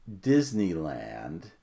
disneyland